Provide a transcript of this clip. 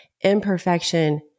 Imperfection